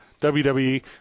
WWE